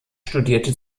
studierte